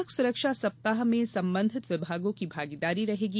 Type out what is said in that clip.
सड़क सुरक्षा सप्ताह में संबंधित विभागों की भागीदारी रहेगी